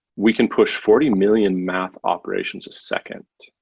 we can push forty million math operations a second.